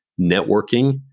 Networking